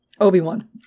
Obi-Wan